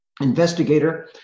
investigator